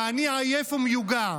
ואני עייף ומיוגע,